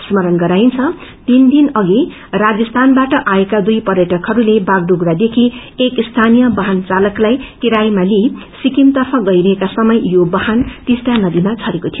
स्मरण गराइन्छ तीन दिन अधि राजसीनबाट आएका दुई पर्यटकहरूले बागडोगरादेखि एक स्थानीय वाहन चालकलाई किरायामा लिई सिकिम गइरहेका समय यो वाहन टिस्टा नदीमा झरेको थियो